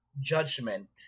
judgment